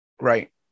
Right